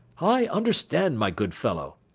i understand, my good fellow,